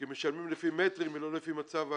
כי משלמים לפי מטרים ולא לפי מצב הכיס.